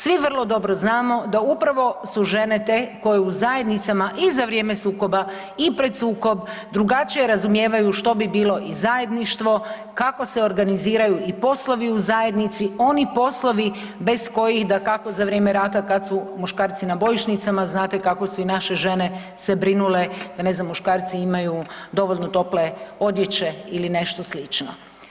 Svi vrlo dobro znamo da upravo su žene te koje u zajednicama i za vrijeme sukoba i pred sukob drugačije razumijevaju što bi bilo i zajedništvo, kako se organiziraju i poslovi u zajednici, oni poslovi bez kojih dakako za vrijeme rata kada su muškarci na bojišnicama znate kako su se i naše žene brinule da ne znam da muškarci imaju dovoljno tople odjeće ili nešto slično.